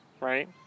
right